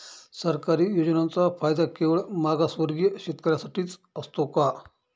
सरकारी योजनांचा फायदा केवळ मागासवर्गीय शेतकऱ्यांसाठीच असतो का?